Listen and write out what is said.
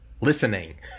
listening